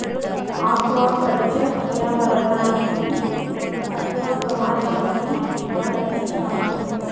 aqua culture పర్యావరణానికి తక్కువ ప్రమాదాన్ని కలిగిస్తాది